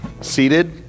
seated